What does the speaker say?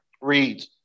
reads